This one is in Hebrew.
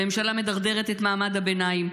הממשלה מדרדרת את מעמד הביניים,